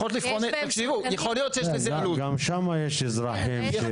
גם שם יש אזרחים.